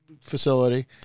facility